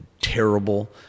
terrible